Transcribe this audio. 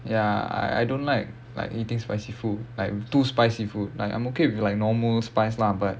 ya I I don't like like eating spicy food like too spicy food like I'm okay with like normal spice lah but